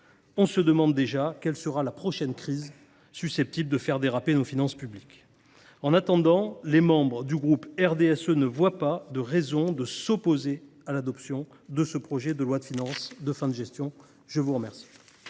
On se demande déjà quelle sera la prochaine crise susceptible de faire déraper nos finances publiques… En attendant, les membres du groupe RDSE ne voient pas de raison de s’opposer à l’adoption de ce projet de loi de finances de fin de gestion. La parole